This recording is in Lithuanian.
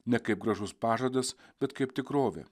ne kaip gražus pažadas bet kaip tikrovė